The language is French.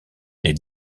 les